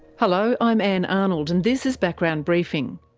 hello, i'm ann arnold and this is background briefing.